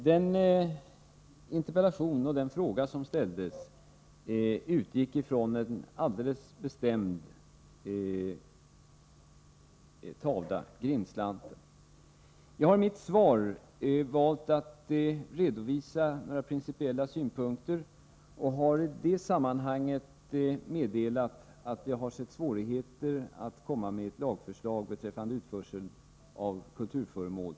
Herr talman! Interpellanten och frågeställaren har utgått från en alldeles bestämd tavla, Grindslanten. Jag har valt att i mitt svar redovisa några principiella synpunkter. I det sammanhanget har jag meddelat att jag sett svårigheter när det gäller att komma med lagförslag till riksdagen beträffande utförsel av kulturföremål.